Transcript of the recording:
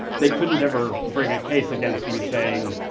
they couldn't ever bring a case against me saying,